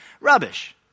Rubbish